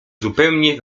zupełnie